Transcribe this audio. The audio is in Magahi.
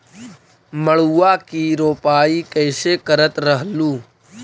मड़उआ की रोपाई कैसे करत रहलू?